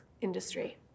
industry